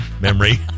memory